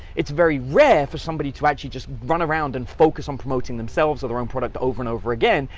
it's very rare for somebody to actually just run around and focus on promoting themselves or their own product over and over again,